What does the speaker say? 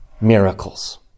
miracles